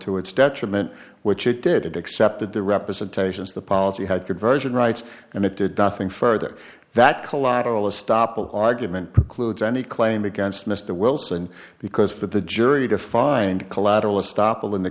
to its detriment which it did it accepted the representations the policy had conversion rights and it did nothing further that collateral estoppel argument precludes any claim against mr wilson because for the jury to find collateral estoppel in the